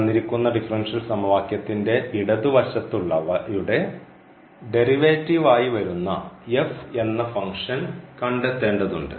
തന്നിരിക്കുന്ന ഡിഫറൻഷ്യൽ സമവാക്യത്തിന്റെ ഇടത് വശത്ത് ഉള്ളവയുടെ ഡെറിവേറ്റീവ് ആയി വരുന്ന എന്ന ഫംഗ്ഷൻ കണ്ടെത്തേണ്ടതുണ്ട്